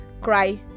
cry